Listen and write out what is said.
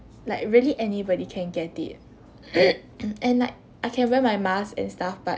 like really anybody can get it and like I can wear my mask and stuff but